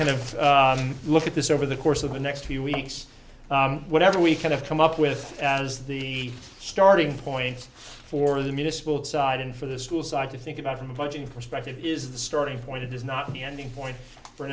kind of look at this over the course of the next few weeks whatever we kind of come up with as the starting point for the municipal side and for the school so i can think about from a budgeting perspective is the starting point is not the ending point for